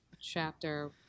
chapter